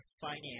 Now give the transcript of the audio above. finance